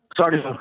Sorry